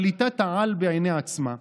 שליטת-העל בעיני עצמה,